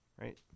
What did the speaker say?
right